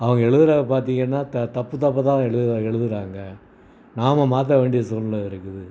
அவங்க எழுதுறத பார்த்திங்கன்னா த தப்பு தப்பாகதான் எழுது எழுதுறாங்க நாம் மாற்றவேண்டிய சூழ்நிலையா இருக்குது